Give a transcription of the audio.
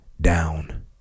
down